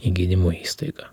į gydymo įstaigą